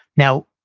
now,